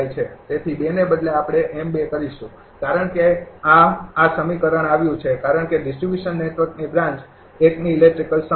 તેથી ને બદલે આપણે કરીશું કારણ કે આ આ સમીકરણ આવ્યું છે કારણ કે ડિસ્ટ્રિબ્યુશન નેટવર્કની બ્રાન્ચ એકની ઇલેક્ટ્રિક સમકક્ષ